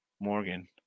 Morgan